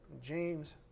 James